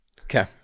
Okay